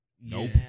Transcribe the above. Nope